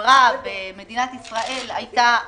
שהחברה במדינת ישראל הייתה